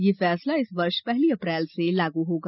यह फैसला इस वर्ष पहली अप्रैल से लागू होगा